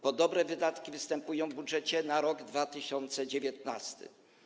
Podobne wydatki występują w budżecie na rok 2019.